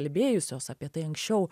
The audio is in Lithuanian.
kalbėjusios apie tai anksčiau